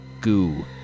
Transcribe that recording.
goo